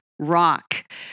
rock